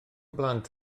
blant